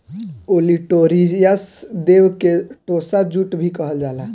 olitorius देव के tossa jute भी कहल जाला